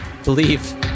believe